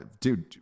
dude